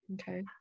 Okay